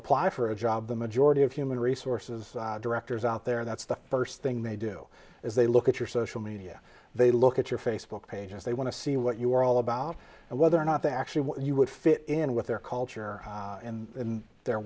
apply for a job the majority of human resources directors out there that's the first thing they do is they look at your social media they look at your facebook page and they want to see what you were all about and whether or not they actually you would fit in with their culture and their